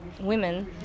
women